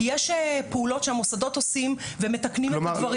יש פעולות שהמוסדות עושים ומתקנים את הדברים.